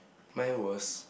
mine was